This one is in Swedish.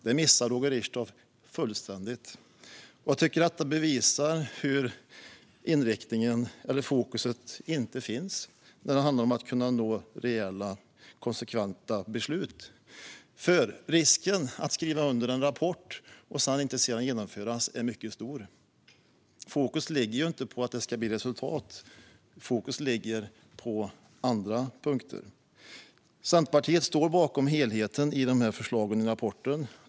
Det missar Roger Richtoff fullständigt. Jag tycker att detta bevisar att det inte finns något fokus på att kunna nå reella, konsekventa beslut. Risken för att vi skriver under en rapport och sedan inte får se den genomföras är mycket stor. Fokus ligger inte på att det ska bli resultat. Fokus ligger på andra saker. Centerpartiet står bakom helheten i förslagen i rapporten.